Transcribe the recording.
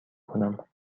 کنم